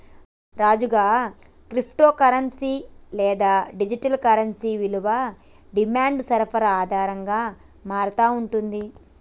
రాజుగా, crypto currency లేదా digital currency విలువ డిమాండ్ సరఫరా ఆధారంగా మారతా ఉంటుంది